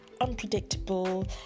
unpredictable